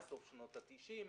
בסוף שנות התשעים,